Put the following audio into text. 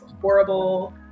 horrible